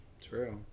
True